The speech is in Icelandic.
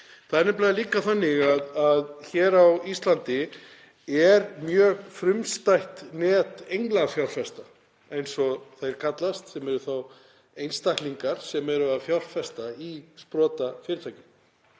Það er nefnilega líka þannig að hér á Íslandi er mjög frumstætt net englafjárfesta, eins og þeir kallast, einstaklingar sem eru að fjárfesta í sprotafyrirtækjum.